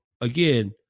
again